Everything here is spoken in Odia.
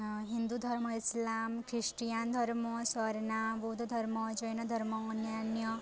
ହିନ୍ଦୁ ଧର୍ମ ଇସଲାମ ଖ୍ରୀଷ୍ଟିଆନ୍ ଧର୍ମ ସ୍ଵର୍ଣ୍ଣା ବୌଦ୍ଧ ଧର୍ମ ଜୈନ ଧର୍ମ ଅନ୍ୟାନ୍ୟ